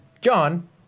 John